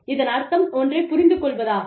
இதன் அர்த்தம் ஒன்றைப் புரிந்து கொள்வதாகும்